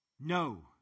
No